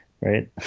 Right